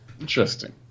Interesting